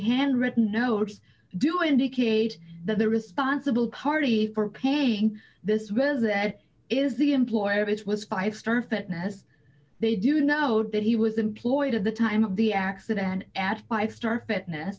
handwritten notes do indicate that the responsible party for paying this was that is the employer which was five star fitness they do know that he was employed at the time of the accident and at five star fitness